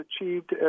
achieved